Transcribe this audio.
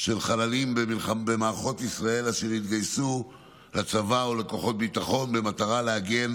של חללים במערכות ישראל אשר התגייסו לצבא ולכוחות הביטחון במטרה להגן